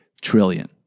trillion